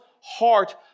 heart